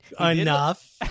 enough